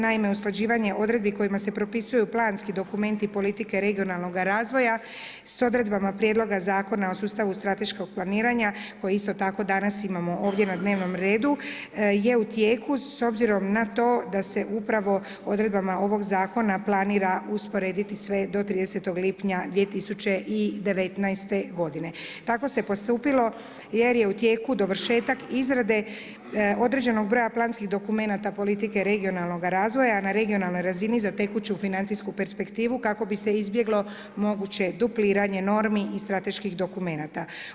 Naime, usklađivanje odredbi kojima se propisuju planski dokumenti, politike regionalnoga razvoja, s odredbama prijedloga Zakona o sustavu strateškog planiranja, koji isto tako danas imamo ovdje na dnevnom redu, je u tijeku, s obzirom na to da se upravo odredbama ovog zakona planira usporediti sve do 30.6.2019.g. Tako se postupilo jer je u tijeku dovršetak izrade određenog broja planskih dokumenata politike regionalnoga razvoja a na regionalnoj razini za tekuću financijsku perspektivu kako bi se izbjeglo moguće dupliranje normi i strateških dokumenata.